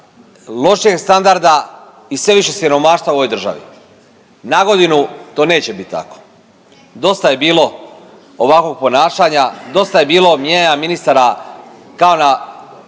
lošijeg standarda i sve više siromaštva u ovoj državi. Nagodinu to neće biti tako, dosta je bilo ovakvog ponašanja, dosta je bilo mijenjanja ministara kao na